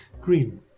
green